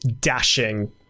dashing